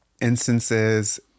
instances